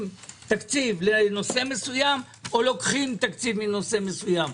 תקציב לנושא מסוים או לוקחים תקציב מנושא מסוים.